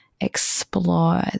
explore